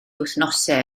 wythnosau